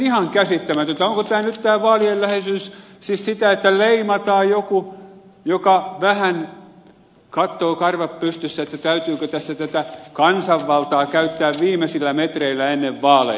onko nyt tämä vaalien läheisyys siis sitä että leimataan joku joka vähän katsoo karvat pystyssä täytyykö tässä tätä kansanvaltaa käyttää viimeisillä metreillä ennen vaaleja